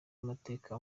amateka